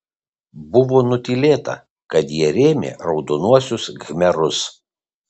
buvo nutylėta kad jie rėmė raudonuosius khmerus